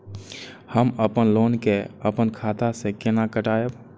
हम अपन लोन के अपन खाता से केना कटायब?